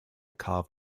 carve